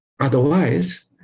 Otherwise